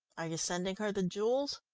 are you sending her the jewels?